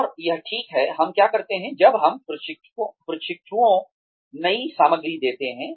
और यह ठीक है हम क्या करते हैं जब हम प्रशिक्षुओं नई सामग्री देते हैं